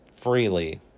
freely